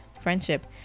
friendship